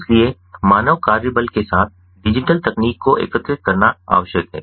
इसलिए मानव कार्य बल के साथ डिजिटल तकनीक को एकीकृत करना आवश्यक है